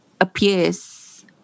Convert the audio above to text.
appears